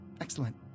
Excellent